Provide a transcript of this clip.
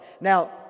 Now